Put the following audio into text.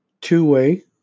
two-way